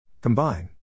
Combine